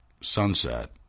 sunset